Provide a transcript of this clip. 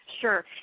Sure